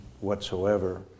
whatsoever